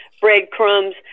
breadcrumbs